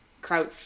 Crouch